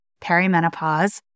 perimenopause